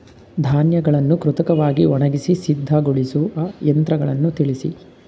ಧಾನ್ಯಗಳನ್ನು ಕೃತಕವಾಗಿ ಒಣಗಿಸಿ ಸಿದ್ದಗೊಳಿಸುವ ಯಂತ್ರಗಳನ್ನು ತಿಳಿಸಿ?